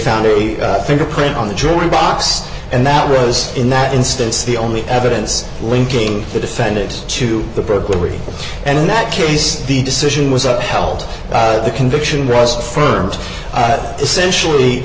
found a fingerprint on the jury box and that rose in that instance the only evidence linking the defendant to the burglary and in that case the decision was up held the conviction rest firms essentially